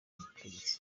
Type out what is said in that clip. butegetsi